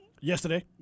Yesterday